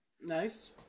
Nice